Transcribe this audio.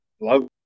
love